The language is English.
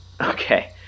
Okay